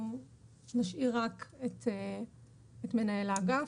אנחנו נשאיר רק את מנהל האגף.